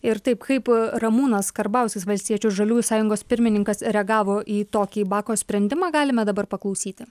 ir taip kaip ramūnas karbauskis valstiečių žaliųjų sąjungos pirmininkas reagavo į tokį bako sprendimą galime dabar paklausyti